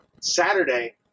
Saturday